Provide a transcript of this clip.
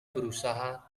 berusaha